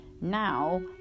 now